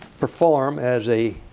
perform as a